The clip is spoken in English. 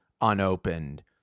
unopened